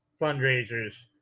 fundraisers